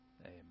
amen